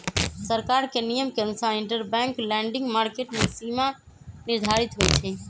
सरकार के नियम के अनुसार इंटरबैंक लैंडिंग मार्केट के सीमा निर्धारित होई छई